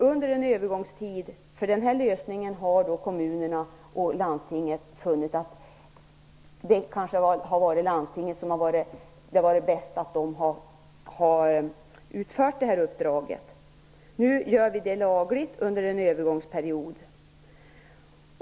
Under en övergångstid har kommunerna och landstingen funnit att den bästa lösningen har varit att landstingen har utfört uppdraget. Nu gör vi detta lagligt under en övergångsperiod.